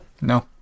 No